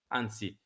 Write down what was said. anzi